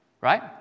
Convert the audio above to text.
Right